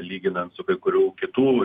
lyginant su kai kurių kitų